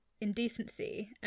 indecency